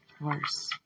Worse